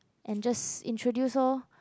and just introduce lor